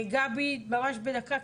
גבי, ממש בדקה.